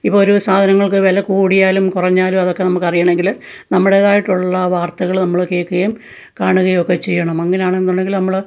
ഇപ്പോൾ ഒരു സാധനങ്ങൾക്ക് വില കൂടിയാലും കുറഞ്ഞാലും അതൊക്കെ നമുക്കറിയണമെങ്കിൽ നമ്മുടേതായിട്ടുള്ള വാർത്തകൾ നമ്മൾ കേൾക്കുകേം കാണുകേം ഒക്കെ ചെയ്യണം അങ്ങനെ ആണെന്നുണ്ടെങ്കിൽ നമ്മൾ